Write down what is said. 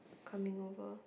coming over